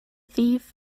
thief